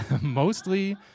Mostly